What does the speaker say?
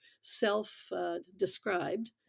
self-described